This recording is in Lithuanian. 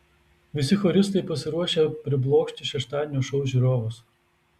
visi choristai pasiruošę priblokšti šeštadienio šou žiūrovus